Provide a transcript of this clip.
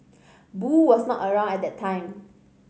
Boo was not around at the time